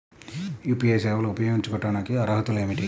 UPI సేవలు ఉపయోగించుకోటానికి అర్హతలు ఏమిటీ?